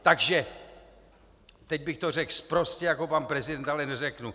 Takže teď bych to řekl sprostě, jako pan prezident, ale neřeknu.